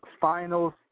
finals